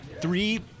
three-